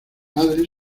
madre